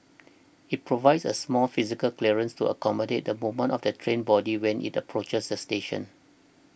it provides a small physical clearance to accommodate the movement of the train body when it approaches the station